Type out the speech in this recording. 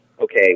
okay